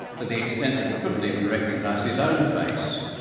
to the extent that he couldn't even recognize his own face.